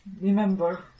Remember